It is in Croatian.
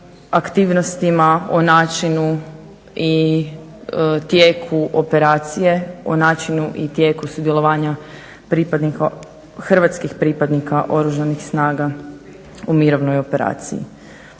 aktivnostima, o načinu i tijeku operacije, o načinu i tijeku sudjelovanja hrvatskih pripadnika Oružanih snaga u mirovnoj operaciji.